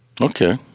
Okay